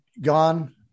gone